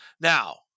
Now